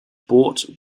bought